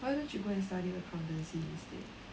why don't you go and study accountancy instead